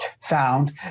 found